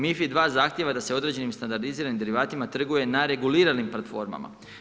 MiFID II zahtjeva da se određenim standardiziranim derivatima trguje na reguliranim platformama.